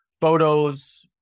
photos